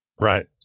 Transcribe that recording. right